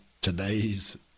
today's